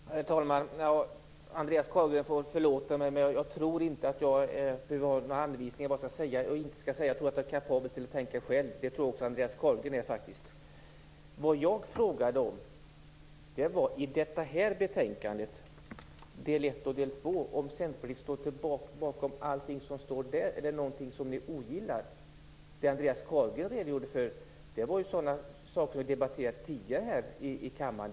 Herr talman! Andreas Carlgren får förlåta mig, men jag tror inte att jag behöver ha några anvisningar om vad jag skall säga eller inte säga. Jag tror att jag är kapabel att tänka själv, och det tror jag att Andreas Carlgren faktiskt också är. Jag frågade om Centerpartiet står bakom allt i det här betänkandet, i del 1 och del 2. Är det någonting av det som står där som ni ogillar? Det Andreas Carlgren redogjorde för var sådana saker som vi tidigare har debatterat här i kammaren.